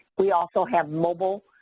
we also have mobile